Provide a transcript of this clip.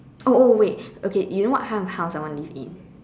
oh oh wait okay you know what kind of house I want to live in